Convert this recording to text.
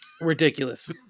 ridiculous